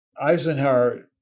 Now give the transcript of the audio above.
Eisenhower